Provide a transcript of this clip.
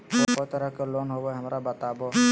को तरह के लोन होवे हय, हमरा बताबो?